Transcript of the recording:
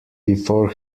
before